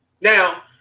Now